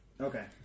Okay